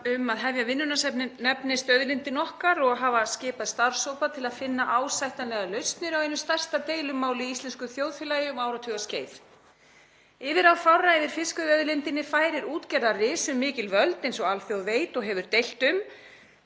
að hefja vinnuna sem nefnist Auðlindin okkar og fyrir að hafa skipað starfshópa til að finna ásættanlegar lausnir á einu stærsta deilumáli í íslensku þjóðfélagi um áratugaskeið. Yfirráð fárra yfir fiskveiðiauðlindinni færir útgerðarrisum mikil völd eins og alþjóð veit og hefur deilt um.